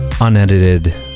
unedited